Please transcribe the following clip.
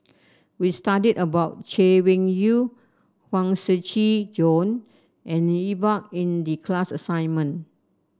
we studied about Chay Weng Yew Huang Shiqi Joan and Iqbal in the class assignment